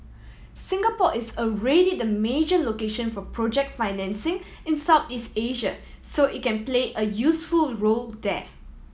Singapore is already the major location for project financing in Southeast Asia so it can play a useful role there